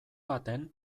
baten